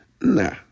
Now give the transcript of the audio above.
Nah